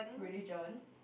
religion